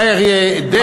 אריה דרעי הצליח.